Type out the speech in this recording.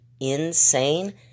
insane